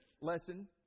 lesson